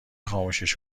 خاموشش